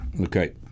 Okay